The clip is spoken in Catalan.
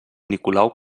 nicolau